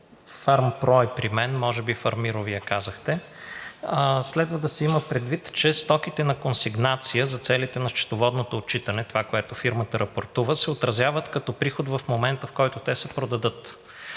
„Фармпро“ е при мен, може би „Фармиро“ Вие казахте. Следва да се има предвид, че стоките на консигнация за целите на счетоводното отчитане – това, което фирмата рапортува, се отразяват като приход в момента, в който те се продадат.